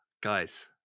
Guys